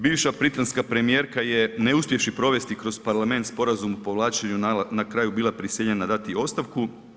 Bivša britanska premijerka je ne uspjevši provesti kroz Parlament sporazum o povlačenju na kraju bila prisiljena dati i ostavku.